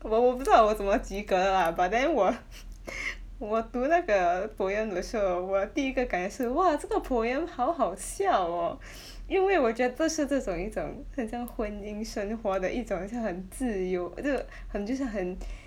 我我不知道我怎么及格的啦 but then 我 我读那个 poem 的时候我第一个感觉是哇这个 poem 好好笑 orh 因为我觉这是这种一种很像婚姻生活的一种好像很自由就 很就像很